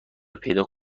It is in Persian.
پیدا